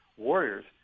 warriors